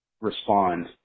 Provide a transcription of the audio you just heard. respond